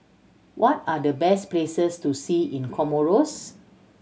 what are the best places to see in Comoros